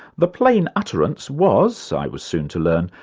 the plain utterance was, i was soon to learn,